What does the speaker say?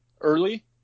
early